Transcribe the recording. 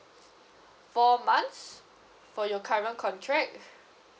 four months for your current contract